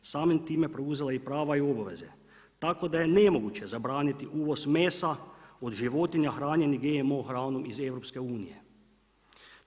Samim time je preuzela i prava i obaveze, tako da je nemoguće zabraniti uvoz mesa od životinja hranjenih GMO granom iz EU-a.